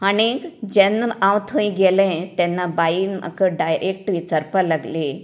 आनीक जेन्ना हांव थंय गेलें तेन्ना बाईन म्हाका डायरेक्ट विचारपाक लागली